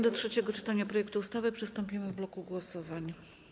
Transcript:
Do trzeciego czytania projektu ustawy przystąpimy w bloku głosowań.